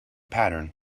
pattern